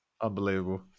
Unbelievable